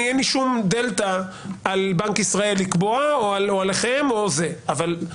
אין לי שום דלתא על בנק ישראל לקבוע או עליכם אבל נושא